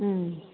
उम